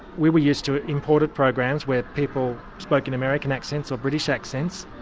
we were used to imported programs where people spoke in american accents or british accents.